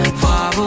far